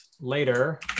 later